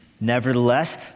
Nevertheless